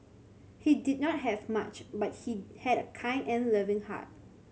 he did not have much but he had a kind and loving heart